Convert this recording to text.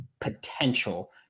potential